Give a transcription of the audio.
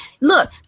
look